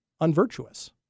unvirtuous